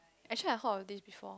actually I heard of this before